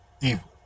evil